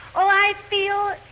i feel,